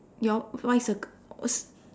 your what you circle